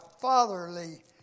fatherly